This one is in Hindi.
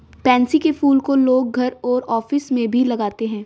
पैन्सी के फूल को लोग घर और ऑफिस में भी लगाते है